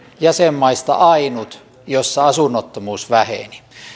jäsenmaista ainut jossa asunnottomuus väheni